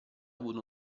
avuto